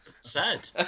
Sad